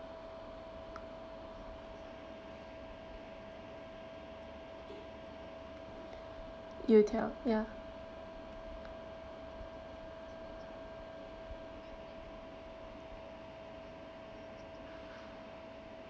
youtiao ya